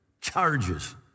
charges